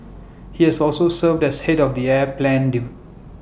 he has also served as Head of the air plan de